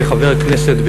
כחבר הכנסת,